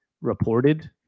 reported